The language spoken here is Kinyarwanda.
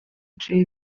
jay